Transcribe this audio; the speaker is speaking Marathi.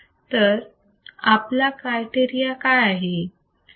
तर आपला क्रायटेरिया काय आहे